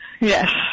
Yes